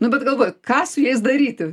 nu bet galvoju ką su jais daryti